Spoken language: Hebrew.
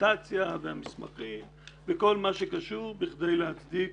הדקומנטציה והמסמכים וכל מה שקשור כדי להצדיק